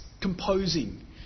composing